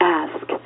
ask